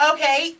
Okay